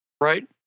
right